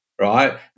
right